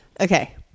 Okay